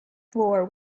floor